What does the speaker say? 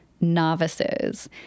novices